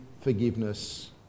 forgiveness